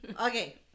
okay